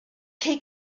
key